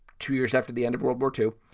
two years after the end of world war two,